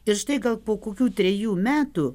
ir štai gal po kokių trejų metų